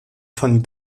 von